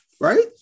right